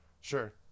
Sure